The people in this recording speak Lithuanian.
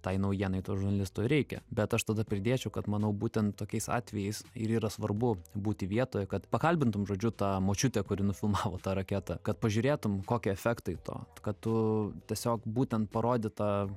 tai naujienai tuos žurnalis reikia bet aš tada pridėčiau kad manau būtent tokiais atvejais ir yra svarbu būti vietoj kad pakalbintum žodžiu tą močiutę kuri nufilmavo tą raketą kad pažiūrėtum kokie efektai to kad tu tiesiog būtent parodyt tą